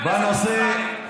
הפכת את הכנסת לקרקס,